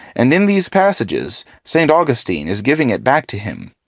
and in these passages st. augustine is giving it back to him,